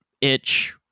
itch